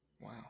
wow